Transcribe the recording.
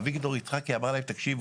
אביגדור יצחקי אמר להם 'תקשיבו,